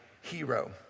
hero